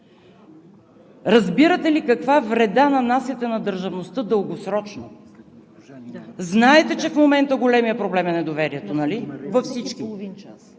Разбирате ли каква вреда нанасяте на държавността дългосрочно? Знаете, че в момента големият проблем е недоверието, нали, във всички?